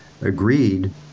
agreed